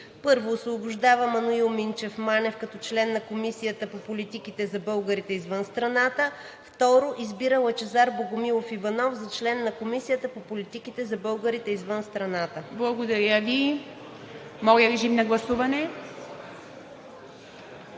1. Освобождава Маноил Минчев Манев като член на Комисията по политиките за българите извън страната. 2. Избира Лъчезар Богомилов Иванов за член на Комисията по политиките за българите извън страната.“ ПРЕДСЕДАТЕЛ ИВА МИТЕВА: Благодаря Ви. Моля, режим на гласуване.